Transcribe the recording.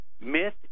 myth